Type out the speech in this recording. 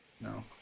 No